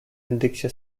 индексе